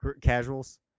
Casuals